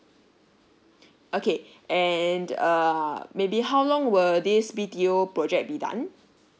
okay and uh maybe how long will this B_T_O project be done